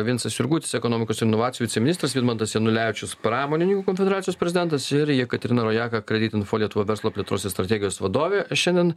vincas jurgutis ekonomikos ir inovacijų viceministras vidmantas janulevičius pramonininkų konfederacijos prezidentas ir jekaterina rojaka kreditinfo lietuva verslo plėtros ir strategijos vadovė šiandien